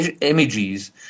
images